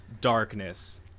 darkness